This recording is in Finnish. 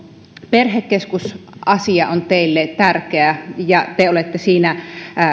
perhekeskusasia on teille tärkeä ja te olette siitä